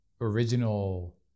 original